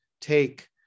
take